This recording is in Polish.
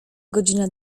godzina